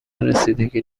رسیدگی